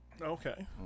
Okay